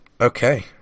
Okay